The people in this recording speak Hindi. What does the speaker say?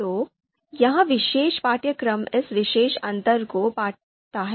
तो यह विशेष पाठ्यक्रम इस विशेष अंतर को पाटता है